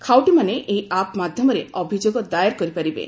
ଖାଉଟିମାନେ ଏହି ଆପ୍ ମାଧ୍ୟମରେ ଅଭିଯୋଗ ଦାଏର କରିପାରିବେ